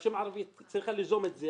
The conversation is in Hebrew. שהרשימה הערבית צריכה ליזום את זה